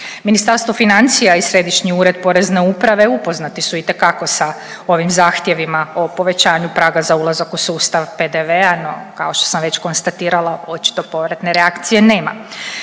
Ministarstvo financija i Središnji ured Porezne uprave upoznati su itekako sa ovim zahtjevima o povećanju prava za ulazak u sustav PDV-a no kao što sam već konstatirala očito povratne reakcije nema.